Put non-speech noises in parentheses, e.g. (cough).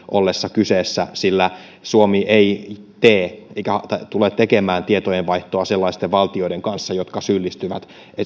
(unintelligible) ollessa kyseessä sillä suomi ei tee eikä tule tekemään tietojenvaihtoa sellaisten valtioiden kanssa jotka syyllistyvät